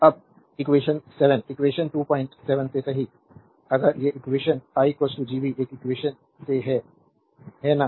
अब equation 7 equation 27 से सही अगर ये इक्वेशन i Gv इस इक्वेशन से है ना